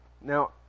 Now